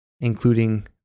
including